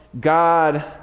God